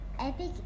epic